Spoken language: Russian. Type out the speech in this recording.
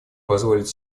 позволить